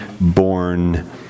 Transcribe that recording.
born